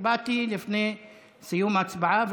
באתי לפני סיום ההצבעה,